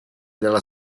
della